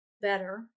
better